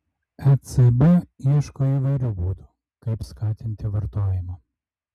ecb ieško įvairių būdų kaip skatinti vartojimą